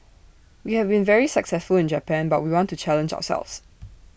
we have been very successful in Japan but we want to challenge ourselves